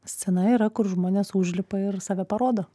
scena yra kur žmonės užlipa ir save parodo